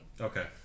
Okay